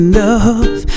love